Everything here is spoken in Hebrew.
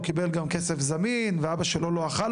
הוא קיבל גם כסף זמין ואבא שלו לא אכל